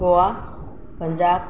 Goa Punjab